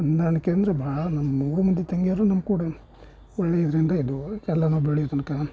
ಹೊಂದಾಣಿಕೆಯಂದರೆ ಭಾಳ ನಮ್ಮ ಮೂರೂ ಮಂದಿ ತಂಗಿಯರು ನಮ್ಮ ಕೂಡ ಒಳ್ಳೆಯದರಿಂದ ಇದ್ದೆವು ಎಲ್ಲ ನಾವು ಬೆಳಿವ ತನಕ